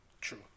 True